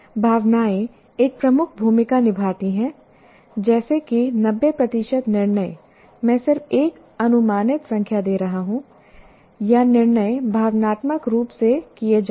भावनाएं एक प्रमुख भूमिका निभाती हैं जैसे कि 90 प्रतिशत निर्णय मैं सिर्फ एक अनुमानित संख्या दे रहा हूं या निर्णय भावनात्मक रूप से किए जाते हैं